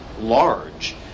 large